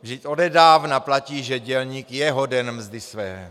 Vždyť odedávna platí, že dělník je hoden mzdy své.